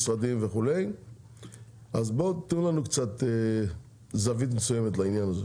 משרדים וכו'; אז בואו תתנו לנו קצת זווית מסוימת לעניין הזה.